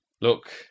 Look